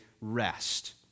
rest